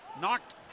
Knocked